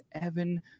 Evan